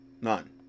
None